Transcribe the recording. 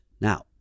Now